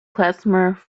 klezmer